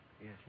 Yes